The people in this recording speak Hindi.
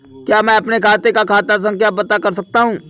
क्या मैं अपने खाते का खाता संख्या पता कर सकता हूँ?